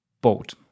boat